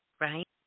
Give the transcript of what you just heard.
right